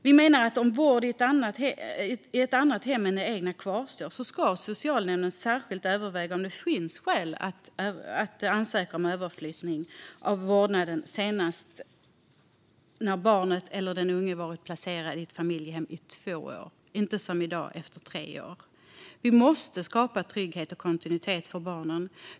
Vi menar att om behov av vård i annat hem än det egna kvarstår ska socialnämnden särskilt överväga om det finns skäl att ansöka om överflyttning av vårdnaden senast när barnet eller den unge har varit placerad i ett familjehem i två år, inte tre år som i dag. Man måste skapa trygghet och kontinuitet för barnen.